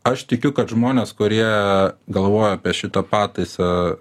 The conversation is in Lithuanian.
aš tikiu kad žmonės kurie galvojo apie šitą pataisą